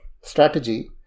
strategy